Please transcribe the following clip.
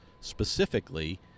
specifically